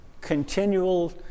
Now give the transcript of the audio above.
continual